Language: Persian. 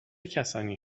کسانی